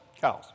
cows